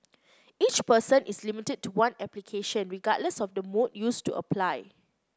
each person is limited to one application regardless of the mode used to apply